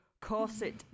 corset